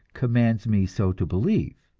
commands me so to believe.